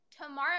tomorrow